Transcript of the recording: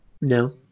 No